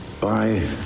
bye